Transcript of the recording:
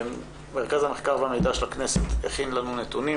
מרכז המחקר והמידע של הכנסת הכין לנו נתונים,